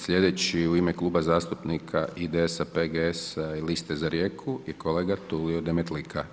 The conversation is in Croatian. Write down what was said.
Slijedeći u ime Kluba zastupnika IDS-a, PGS-a i Liste za Rijeku je kolega Tulio Demetlika.